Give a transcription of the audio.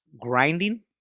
Grinding